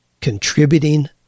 contributing